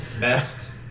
Best